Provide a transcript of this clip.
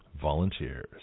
Volunteers